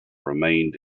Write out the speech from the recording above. remained